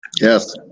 Yes